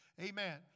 Amen